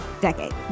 decade